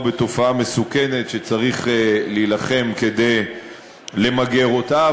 בתופעה מסוכנת שצריך להילחם כדי למגר אותה,